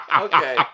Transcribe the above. Okay